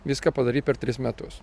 viską padaryt per tris metus